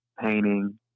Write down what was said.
painting